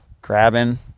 grabbing